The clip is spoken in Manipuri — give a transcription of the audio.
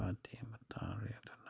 ꯄꯥꯔꯇꯤ ꯑꯃ ꯇꯥꯔꯦ ꯑꯗꯨꯅ